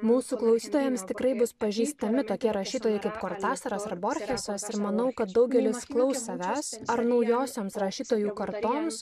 mūsų klausytojams tikrai bus pažįstami tokie rašytojai kaip kortasaras ar borkesas ir manau kad daugelis klaus savęs ar naujosioms rašytojų kartoms